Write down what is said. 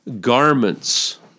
garments